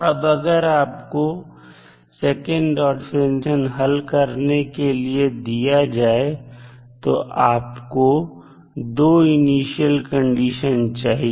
अब अगर आपको सेकंड ऑर्डर डिफरेंशियल इक्वेशन हल करने के लिए दिया जाए तो आपको दो इनिशियल कंडीशन चाहिए